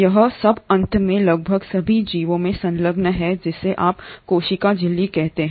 यह सब अंत में लगभग सभी जीवों में संलग्न है जिसे आप कोशिका झिल्ली कहते हैं